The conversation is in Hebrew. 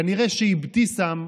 כנראה שאבתיסאם,